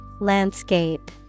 Landscape